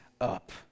up